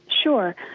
Sure